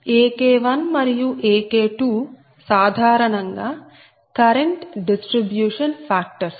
AK1 మరియు AK2 సాధారణంగా current distribution factors